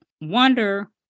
wonder